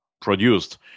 produced